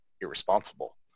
irresponsible